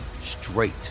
straight